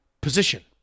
position